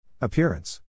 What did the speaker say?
Appearance